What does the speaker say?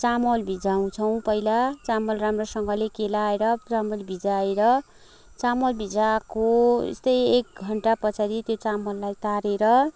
चामल भिजाउँछौँ पहिला चामल राम्रोसँगले केलाएर चामल भिजाएर चामल भिजाएको यस्तै एक घन्टा पछाडि त्यो चामललाई तारेर